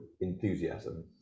enthusiasm